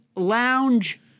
lounge